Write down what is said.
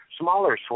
smaller